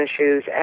issues